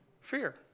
Fear